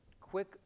quick